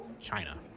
China